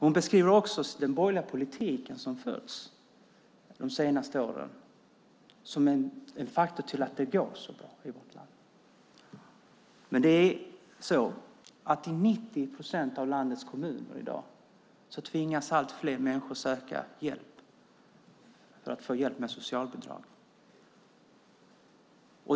Hon beskriver också den borgerliga politik som har förts under de senaste åren som en faktor till att det går så bra i vårt land. I 90 procent av landets kommuner tvingas i dag allt fler människor söka hjälp för att få socialbidrag.